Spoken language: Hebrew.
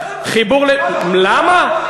למה?